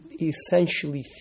essentially